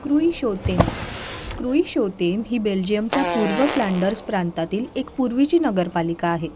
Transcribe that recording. Kruishoutem Kruishoutem ही बेल्जियमच्या पूर्व फ्लँडर्स प्रांतातील एक पूर्वीची नगरपालिका आहे